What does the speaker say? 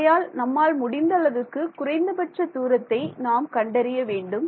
ஆகையால் நம்மால் முடிந்த அளவுக்கு குறைந்தபட்ச தூரத்தை நாம் கண்டறிய வேண்டும்